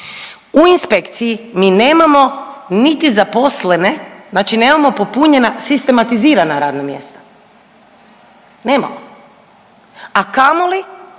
U inspekciji mi nemamo niti zaposlene, znači nemamo popunjena sistematizirana radna mjesta, nemamo, a kamoli